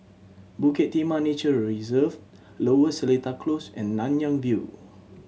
Bukit Timah Nature Reserve Lower Seletar Close and Nanyang View